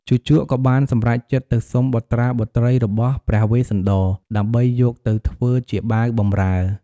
ជូជកក៏បានសម្រេចចិត្តទៅសុំបុត្រាបុត្រីរបស់ព្រះវេស្សន្តរ ដើម្បីយកទៅធ្វើជាបាវបំរើ។